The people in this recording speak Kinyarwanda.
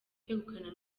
kwegukana